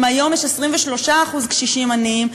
אם היום יש 23% קשישים עניים,